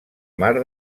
mar